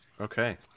okay